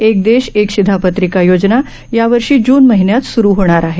एक देश एक शिधापत्रिका योजना यावर्षी जून महिन्यात स्रू होणार आहे